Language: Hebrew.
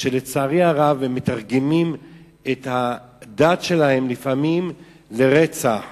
שלצערי הרב הם מתרגמים את הדת שלהם, לפעמים, לרצח.